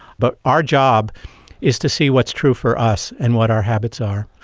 but our job is to see what's true for us and what our habits are.